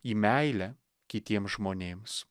į meilę kitiems žmonėms